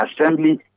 assembly